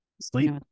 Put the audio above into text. Sleep